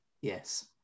Yes